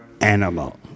animal